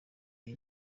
iyi